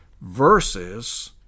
versus